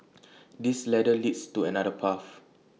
this ladder leads to another path